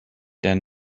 denn